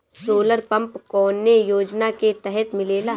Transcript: Solar pump कौने योजना के तहत मिलेला?